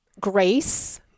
Grace